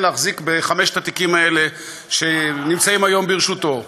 להחזיק בחמשת התיקים האלה שנמצאים היום ברשותו.